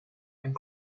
and